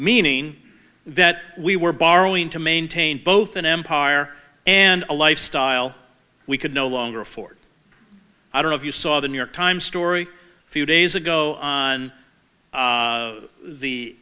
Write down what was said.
meaning that we were borrowing to maintain both an empire and a lifestyle we could no longer afford i don't know if you saw the new york times story a few days ago on